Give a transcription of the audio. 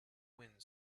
wind